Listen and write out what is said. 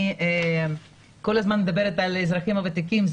אני כל הזמן מדברת על האזרחים הוותיקים,